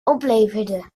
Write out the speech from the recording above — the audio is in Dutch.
opleverde